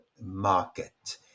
market